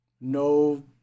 No